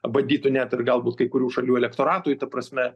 badytų net ir galbūt kai kurių šalių elektoratui ta prasme